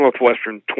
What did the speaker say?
Northwestern